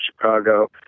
Chicago